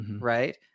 Right